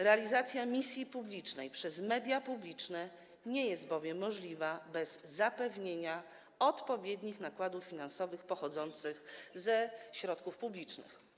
Realizacja misji publicznej przez media publiczne nie jest bowiem możliwa bez zapewnienia odpowiednich nakładów finansowych pochodzących ze środków publicznych.